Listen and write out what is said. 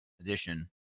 edition